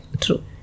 true